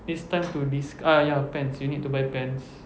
it's time to dis~ ah ya pants you need to buy pants